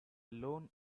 lone